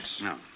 No